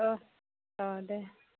अ दे